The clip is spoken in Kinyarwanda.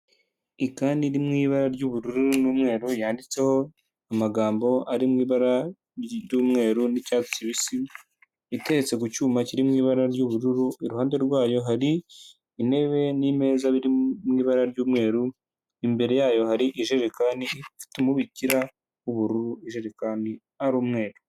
Ikani iri mu ibara ry'ubururu n'umweru, yanditseho amagambo ari mu ibara ry'umweru n'icyatsi kibisi, iteretse ku cyuma kiri mu ibara ry'ubururu, iruhande rwayo hari intebe n'imeza biri mu ibara ry'umweru, imbere yayo hari ijerekani ifite umubikira w'uburu, ijerekani ari umweru.